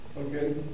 Okay